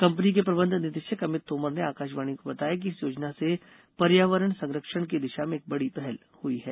company के प्रबंध निदेशक अभित तोमर ने आकाशवाणी को बताया कि इस योजना से पर्यावरण संरक्षण की दिशा में एक बड़ी पहल हुई है